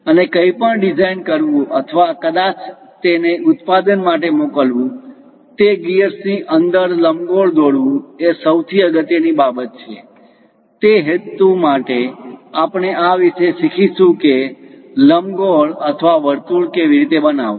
અને કંઈપણ ડિઝાઇન કરવું અથવા કદાચ તેને ઉત્પાદન માટે મોકલવું તે ગિયર્સ ની અંદર લંબગોળ દોરવુ એ સૌથી અગત્યની બાબત છે તે હેતુ માટે આપણે આ વિશે શીખીશું કે લંબગોળ અથવા વર્તુળ કેવી રીતે બનાવવું